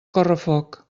correfoc